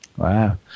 Wow